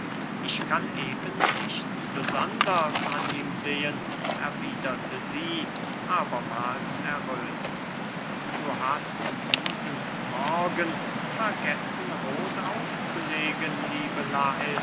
ich kann eben nichts besonders an ihm sehen erwiederte sie abermahls erröthend du hast diesen morgen vergessen roth aufzulegen liebe lais